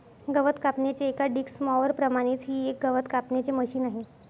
गवत कापण्याच्या एका डिक्स मॉवर प्रमाणेच हे ही एक गवत कापण्याचे मशिन आहे